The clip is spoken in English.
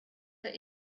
that